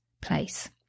place